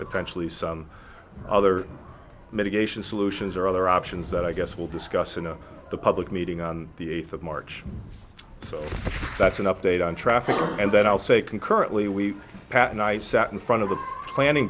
potentially some other medication solutions or other options that i guess will discuss in a public meeting on the eighth of march so that's an update on traffic and then i'll say concurrently we pat and i sat in front of the planning